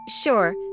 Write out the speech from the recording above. Sure